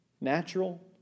natural